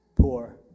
poor